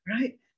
right